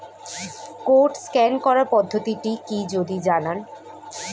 Code scan করার পদ্ধতিটি কি যদি জানান?